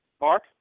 Mark